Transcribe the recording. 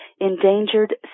Endangered